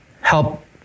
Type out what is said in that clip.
help